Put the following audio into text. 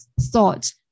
thought